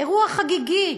אירוע חגיגי.